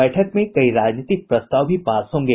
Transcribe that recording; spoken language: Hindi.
बैठक में कई राजनीतिक प्रस्ताव भी पास होंगे